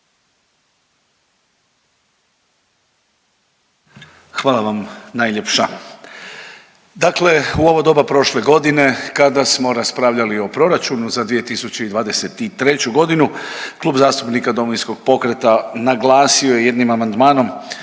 Hvala vam najljepša. Dakle u ovo doba prošle godine kada smo raspravljali o proračunu za 2023. godinu, Klub zastupnika Domovinskog pokreta naglasio je jednim amandmanom